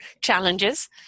challenges